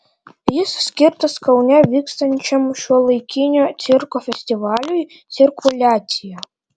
jis skirtas kaune vykstančiam šiuolaikinio cirko festivaliui cirkuliacija